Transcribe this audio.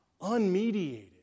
unmediated